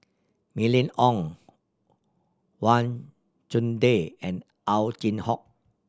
Mylene Ong Wang Chunde and Ow Chin Hock